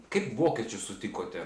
kaip vokiečių sutikote